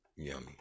Yummy